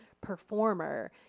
performer